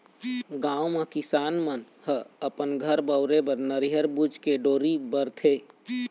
गाँव म किसान मन ह अपन घर बउरे बर नरियर बूच के डोरी बरथे